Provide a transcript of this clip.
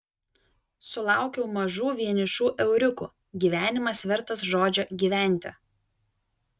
sulaukiau mažų vienišų euriukų gyvenimas vertas žodžio gyventi